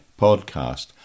podcast